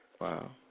Wow